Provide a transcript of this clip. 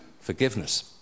forgiveness